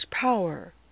power